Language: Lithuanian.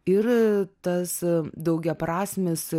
ir tas daugiaprasmis